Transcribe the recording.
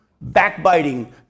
backbiting